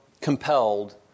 compelled